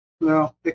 No